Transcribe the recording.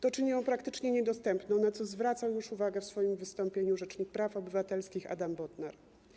To czyni ją praktycznie niedostępną, na co zwracał już uwagę w swoim wystąpieniu rzecznik praw obywatelskich Adam Bodnar.